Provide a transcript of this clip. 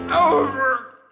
over